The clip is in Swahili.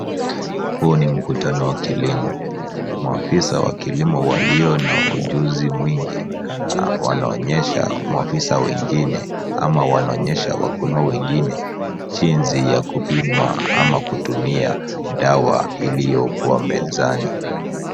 Huu ni mkutano wa kilimo. Maafisa wa kilimo walio na ujuzi mwingi, wanaonyesha maafisa wengine ama wanaonyesha wakulima wengine, jinsi ya kupima ama kutumia dawa iliyokuwa mezani.